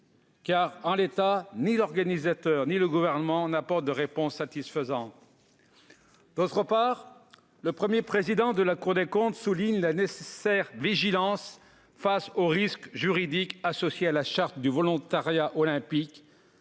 ? En l'état, ni l'organisateur ni le Gouvernement n'apportent de réponse satisfaisante. Par ailleurs, le Premier président de la Cour des comptes appelle à une nécessaire vigilance face aux risques juridiques associés à la charte du volontariat olympique,